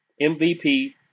MVP